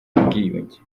y’ubwiyunge